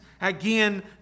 again